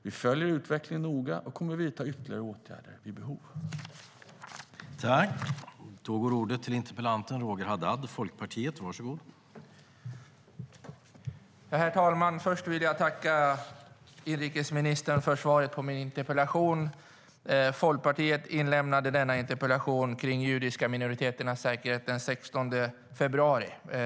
Vi följer utvecklingen noga och kommer att vidta ytterligare åtgärder vid behov.